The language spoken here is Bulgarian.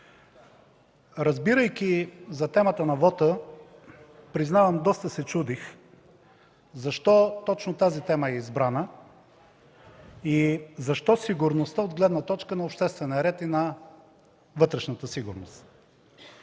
Разбирайки за темата на вота, признавам, доста се чудих защо точно тази тема е избрана и защо сигурността от гледна точка на обществения ред и на вътрешната сигурност?